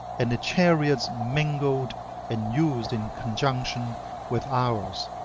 and the chariots mingled and used in conjunction with ours.